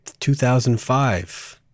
2005